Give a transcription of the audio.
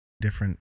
different